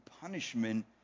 punishment